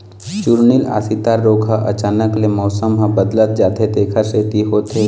चूर्निल आसिता रोग ह अचानक ले मउसम ह बदलत जाथे तेखर सेती होथे